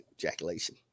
ejaculation